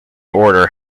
order